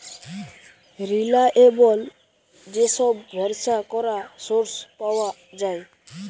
reliable যে সব ভরসা করা সোর্স পাওয়া যায়